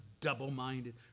double-minded